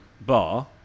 Bar